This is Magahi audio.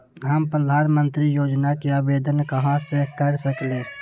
हम प्रधानमंत्री योजना के आवेदन कहा से कर सकेली?